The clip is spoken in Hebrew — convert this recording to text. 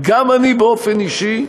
גם אני, באופן אישי,